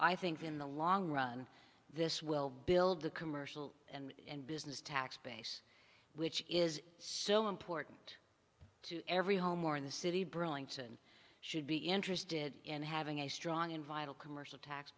i think in the long run this will build the commercial and business tax base which is so important to every home or in the city burlington should be interested in having a strong and viable commercial tax